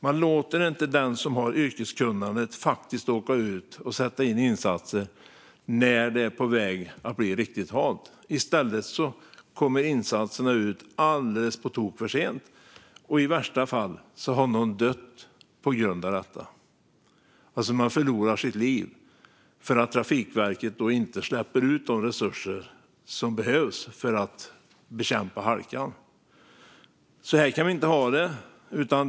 Man låter inte den som har yrkeskunnandet faktiskt åka ut och sätta in insatser när det är på väg att bli riktigt halt. I stället kommer insatserna ut alldeles på tok för sent. I värsta fall dör någon på grund av detta. Någon förlorar sitt liv för att Trafikverket inte släpper ut de resurser som behövs för att bekämpa halkan. Så här kan vi inte ha det.